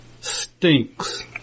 stinks